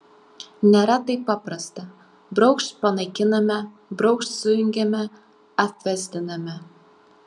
nėra taip paprasta braukšt panaikiname braukšt sujungiame apvesdiname